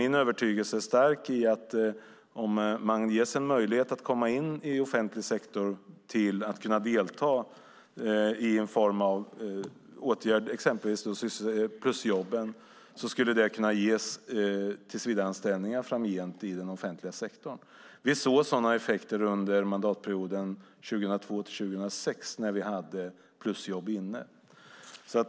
Min övertygelse är stark att om man ges möjlighet att komma in i offentlig sektor och delta i någon form av åtgärd, exempelvis plusjobb, skulle det kunna ge tillsvidareanställningar framgent i den offentliga sektorn. Vi såg sådana effekter under mandatperioden 2002-2006, när vi hade plusjobb.